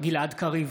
גלעד קריב,